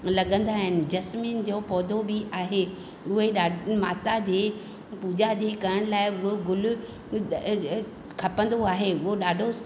लॻंदा आहिनि जसमिन जो पौधो बि आहे उहे ॾा माता जे पूजा जे करण लाइ हूअ गुल खपंदो आहे उहो ॾाढो